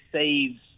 saves